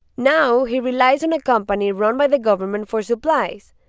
now he relies on a company run by the government for supplies.